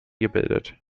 gebildet